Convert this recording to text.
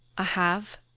i have.